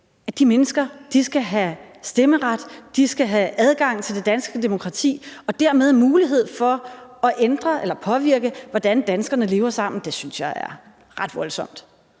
indfødsretsprøve, skal have stemmeret, skal have adgang til det danske demokrati og dermed have mulighed for at ændre eller påvirke, hvordan danskerne lever sammen. Det synes jeg er ret voldsomt.